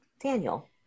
Daniel